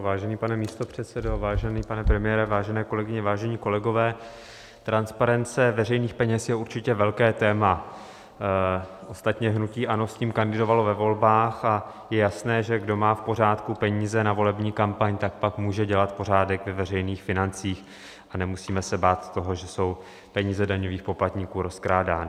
Vážený pane místopředsedo, vážený pane premiére, vážené kolegyně, vážení kolegové, transparence veřejných peněz je určitě velké téma, ostatně hnutí ANO s tím kandidovalo ve volbách a je jasné, že kdo má v pořádku peníze na volební kampaň, tak pak může dělat pořádek ve veřejných financích a nemusíme se bát toho, že jsou peníze daňových poplatníků rozkrádány.